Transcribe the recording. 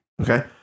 Okay